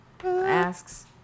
asks